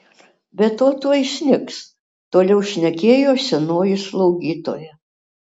be to tuoj snigs toliau šnekėjo senoji slaugytoja